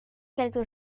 quelque